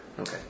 Okay